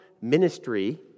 ministry